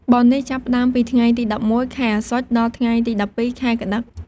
បុណ្យនេះចាប់ផ្ដើមពីថ្ងៃទី ១១ ខែអស្សុច ដល់ថ្ងៃទី១២ ខែកត្តិក ។